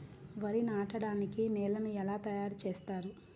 వరి నాటడానికి నేలను ఎలా తయారు చేస్తారు?